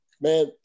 Man